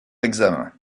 examen